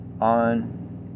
on